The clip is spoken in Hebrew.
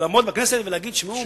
לעמוד בכנסת ולהגיד: תשמעו,